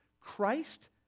Christ